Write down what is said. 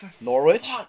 Norwich